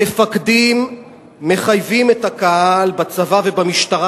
המפקדים מחייבים את הקהל בצבא ובמשטרה